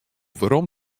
werom